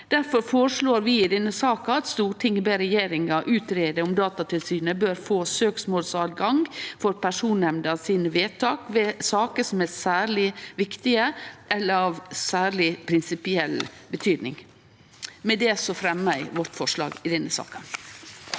Difor føreslår vi i denne saka at Stortinget ber regjeringa greie ut om Datatilsynet bør få søksmålsadgang for Personvernnemnda sine vedtak ved saker som er særleg viktige eller av særleg prinsipiell betydning. Med det fremjar eg vårt og Raudts forslag i denne saka.